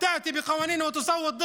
רצינו להביא תוצאות לאנשים,